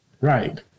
Right